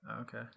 okay